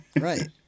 Right